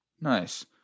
Nice